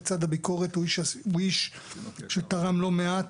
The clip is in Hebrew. לצד הביקורת, הוא איש שתרם לא מעט,